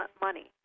money